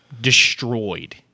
destroyed